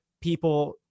people